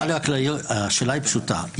השאלה היא פשוטה.